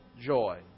joy